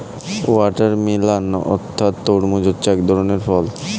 watermelon অর্থাৎ তরমুজ হচ্ছে এক ধরনের ফল